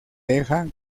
deja